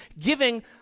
giving